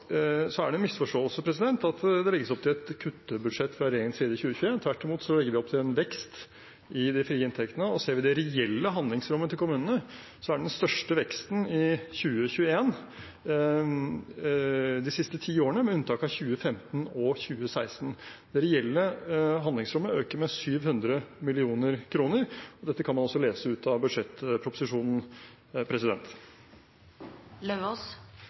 Det er en misforståelse at det legges opp til et kuttbudsjett fra regjeringens side for 2021, tvert imot legger vi opp til en vekst i de frie inntektene. Ser vi på det reelle handlingsrommet til kommunene de siste ti årene, med unntak av 2015 og 2016, er den største veksten i 2021. Det reelle handlingsrommet øker med 700 mill. kr – dette kan man lese ut fra budsjettproposisjonen.